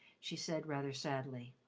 she said rather sadly.